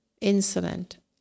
insolent